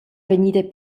vegnida